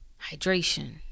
Hydration